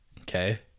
okay